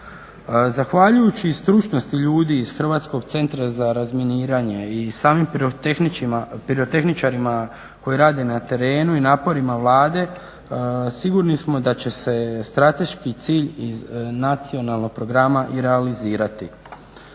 Zahvaljujući stručnosti ljudi iz Hrvatskog centra za razminiranje i samim pirotehničarima koji rade na terenu i naporima Vlade, sigurni smo da će se strateški cilj iz nacionalnog programa i realizirati.